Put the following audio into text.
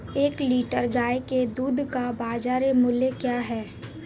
एक लीटर गाय के दूध का बाज़ार मूल्य क्या है?